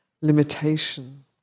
limitation